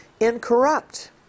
incorrupt